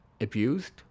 abused